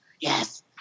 yes